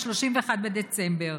ב-31 בדצמבר,